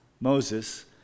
Moses